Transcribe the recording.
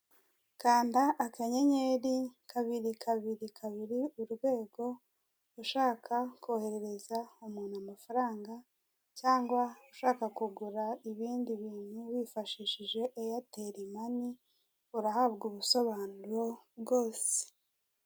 Kanda akanyenyeri kabiri kabiri kabiri urwego, ushaka koherereza umuntu amafaranga cyangwa ushaka kugura ibindi ibintu wifashishije eyateri mani urahabwa ubusobanuro bwose.